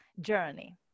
journey